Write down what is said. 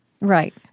Right